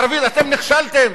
אתם נכשלתם,